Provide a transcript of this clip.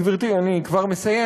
גברתי, אני כבר מסיים.